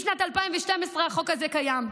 משנת 2012 החוק הזה קיים,